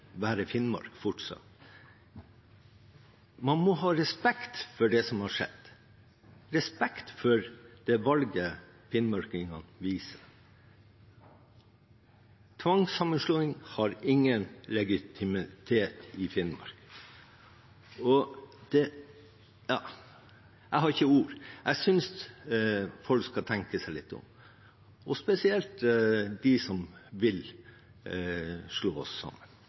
Finnmark fortsatt. Man må ha respekt for det som har skjedd, respekt for det valget finnmarkingene viser. Tvangssammenslåing har ingen legitimitet i Finnmark. Jeg har ikke ord. Jeg synes folk skal tenke seg litt om, og spesielt dem som vil slå oss sammen.